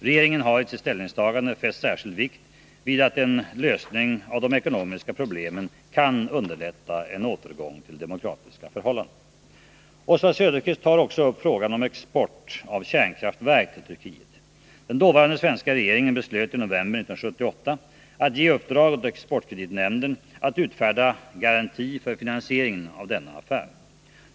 Regeringen har i sitt ställningstagande fäst särskild vikt vid att en lösning av de ekonomiska problemen kan underlätta en återgång till demokratiska förhållanden. Oswald Söderqvist tar också upp frågan om export av kärnkraftverk till Turkiet. Den dåvarande svenska regeringen beslöt i november 1978 att ge i uppdrag åt exportkreditnämnden att utfärda garanti för finansieringen av denna affär.